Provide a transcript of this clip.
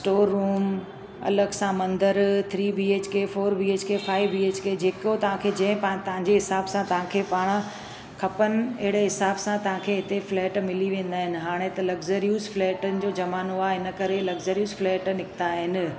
store room अलॻि सां मंदर three B H K four B H K five B H K जेको तव्हां खे जंहिं तव्हां जे हिसाब सां तव्हां खे पाण खपनि अहिड़े हिसाब सां तव्हां खे हिते फ्लैट मिली वेंदा आहिनि हाणे त लग्ज़रीज़ फ्लैटनि जो ज़मानो आहे इन करे लग्ज़रीज़ फ्लैट निकिता आहिनि